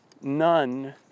none